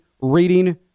reading